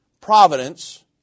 providence